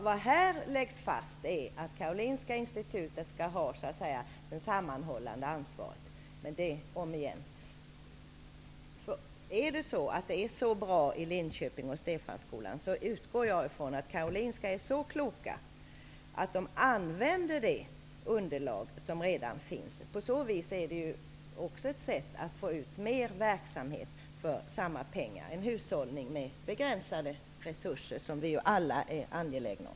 Vad här läggs fast är att Karolinska institutet skall ha det sammanhållande ansvaret. Är det så bra i Linköping och i Stefanskolan som det har sagts, utgår jag från att man i Karolinska institutet är så klok att man använder det underlag som redan finns. Det är också ett sätt att få ut mer verksamhet för samma pengar, en hushållning med begränsade resurser, något som vi ju alla är angelägna om.